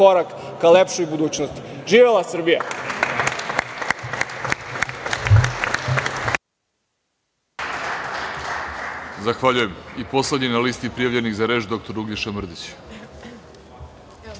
korak ka lepšoj budućnosti. Živela Srbija.